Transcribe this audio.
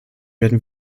werden